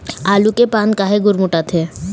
आलू के पान काहे गुरमुटाथे?